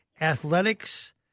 Athletics